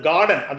Garden